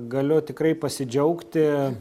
galiu tikrai pasidžiaugti